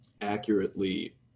accurately